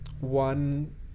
one